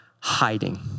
hiding